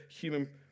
human